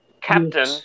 captain